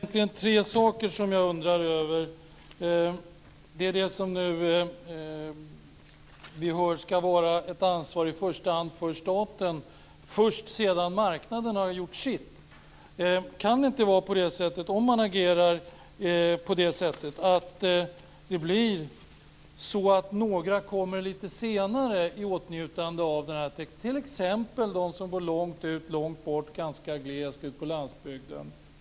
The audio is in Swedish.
Herr talman! Det är egentligen tre saker som jag undrar över. Vi hör nu att det ska vara ett ansvar för staten först när marknaden har gjort sitt. Kan det inte, om man agerar på det sättet, bli så att några kommer i åtnjutande av den här tekniken lite senare, t.ex. de som bor långt ut, långt bort och ganska glest ute på landsbygden?